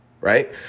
Right